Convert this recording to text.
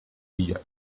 ella